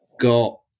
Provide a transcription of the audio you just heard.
got –